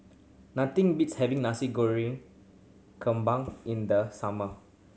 nothing beats having Nasi Goreng in the summer